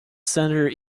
senator